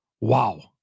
Wow